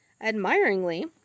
admiringly